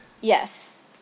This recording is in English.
Yes